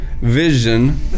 vision